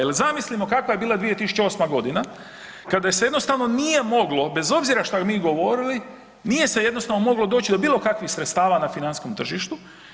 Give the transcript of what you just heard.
Jel zamislimo kakva je bila 2008. godina kada se jednostavno nije moglo, bez obzira šta mi govorili, nije se jednostavno moglo doći do bilo kakvih sredstava na financijskom tržištu.